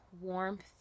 warmth